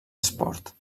esport